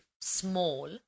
small